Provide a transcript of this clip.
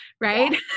right